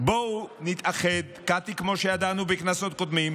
בואו נתאחד, קטי, כמו שידענו בכנסות קודמות,